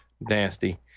nasty